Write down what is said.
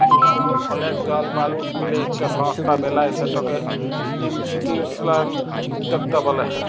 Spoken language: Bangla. অলেক জল মালুস মিলে ইকট সংস্থা বেলায় সেটকে ইনিসটিটিউসলাল উদ্যকতা ব্যলে